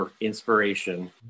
inspiration